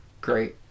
Great